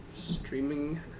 streaming